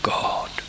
God